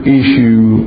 issue